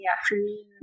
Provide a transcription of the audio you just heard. afternoon